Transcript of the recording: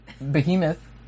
Behemoth